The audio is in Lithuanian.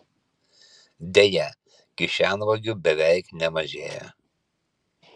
deja kišenvagių beveik nemažėja